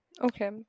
okay